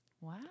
Wow